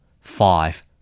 Five